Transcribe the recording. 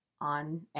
on